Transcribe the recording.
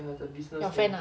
your friend uh